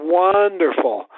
wonderful